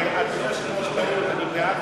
חבר הכנסת השר שי פירון טעה בהצבעה.